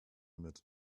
mit